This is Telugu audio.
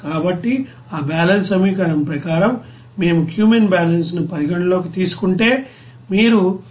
కాబట్టి ఆ బ్యాలెన్స్ సమీకరణం ప్రకారం మేము క్యూమెన్ బ్యాలెన్స్ను పరిగణనలోకి తీసుకుంటే మీరు ఈ 173